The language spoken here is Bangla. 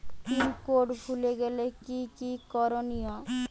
পিন কোড ভুলে গেলে কি কি করনিয়?